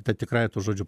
ta tikrąja to žodžio